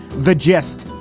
the gist?